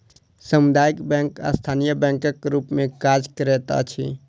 सामुदायिक बैंक स्थानीय बैंकक रूप मे काज करैत अछि